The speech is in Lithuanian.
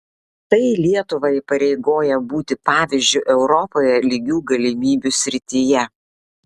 tai lietuvą įpareigoja būti pavyzdžiu europoje lygių galimybių srityje